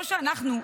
לא שאנחנו,